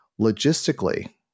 Logistically